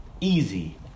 Easy